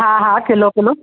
हा हा kilo kilo